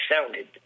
sounded